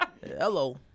Hello